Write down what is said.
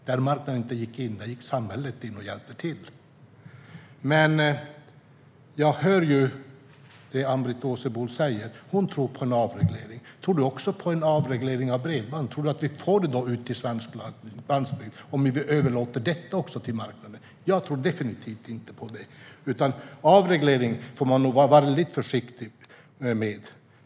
Där marknaden inte gick in gick samhället in och hjälpte till. Jag hör vad du säger, Ann-Britt Åsebol. Du tror på en avreglering. Tror du också på en avreglering av bredband? Tror du att vi får ut bredband på svensk landsbygd om vi överlåter det till marknaden? Jag tror definitivt inte det. Avreglering får man vara väldigt försiktig med.